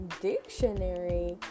dictionary